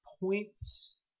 points